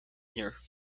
here